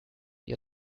ihr